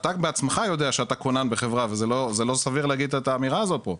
אתה בעצמך יודע שאתה כונן בחברה וזה לא סביר להגיד את האמירה הזאת פה.